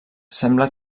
sembla